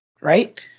right